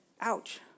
Ouch